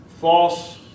false